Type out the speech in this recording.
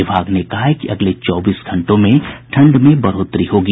विभाग ने कहा है कि अगले चौबीस घंटों में ठंड में बढ़ोतरी होगी